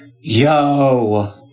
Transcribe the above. yo